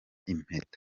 impeta